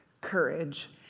courage